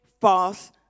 false